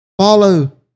follow